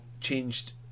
changed